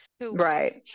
Right